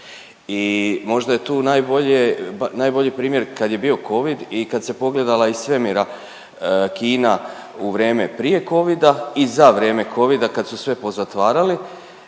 i možda je tu najbolji primjer kad je bio covid i kad se pogledala iz svemira Kina u vrijeme prije covida i za vrijeme covida kad su sve pozatvarali,